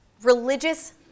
religious